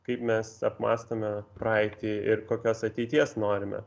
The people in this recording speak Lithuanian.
kaip mes apmąstome praeitį ir kokios ateities norime